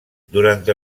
durante